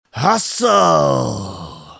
Hustle